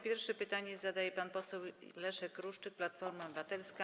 Pierwszy pytanie zadaje pan poseł Leszek Ruszczyk, Platforma Obywatelska.